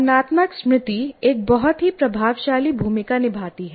भावनात्मक स्मृति एक बहुत ही प्रभावशाली भूमिका निभाती है